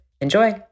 Enjoy